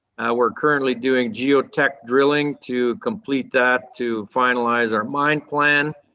we're currently doing geo-tech drilling to complete that to finalise our mine plan.